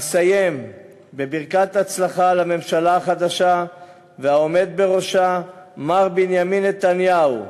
אסיים בברכת הצלחה לממשלה החדשה ולעומד בראשה מר בנימין נתניהו,